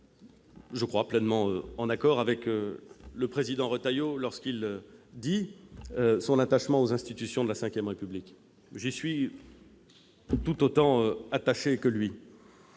Je suis pleinement en accord avec le président Retailleau quand il déclare son attachement aux institutions de la V République. J'y suis tout autant attaché que lui.